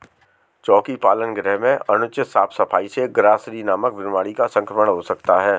चोकी पालन गृह में अनुचित साफ सफाई से ग्रॉसरी नामक बीमारी का संक्रमण हो सकता है